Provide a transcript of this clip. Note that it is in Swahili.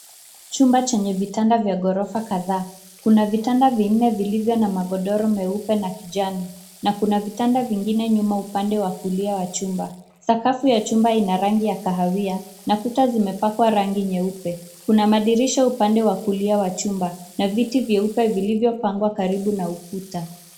Chumba chenye kitanda chenye ghorofa kadhaa. Kuna vitanda vinne vilivyo na magodoro meupe na kijani. Kuna vitanda vingine nyuma upande wa kulia wa chumba. Sakafu ya chumba ina rangi ya kahawia na kuta zimepakwa rangi nyeupe. Kuna madirisha upande wa kulia wa chumba na viti vyeupe vilivyopangwa karibu na ukuta.